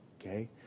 Okay